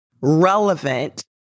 relevant